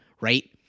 right